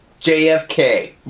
JFK